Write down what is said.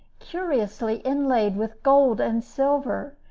curiously inlaid with gold and silver,